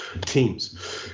teams